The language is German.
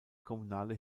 kommunale